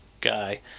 guy